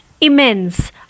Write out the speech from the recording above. Immense